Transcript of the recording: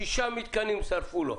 שישה מתקנים שרפו לו.